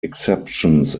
exceptions